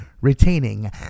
retaining